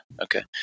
Okay